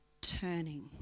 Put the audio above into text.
turning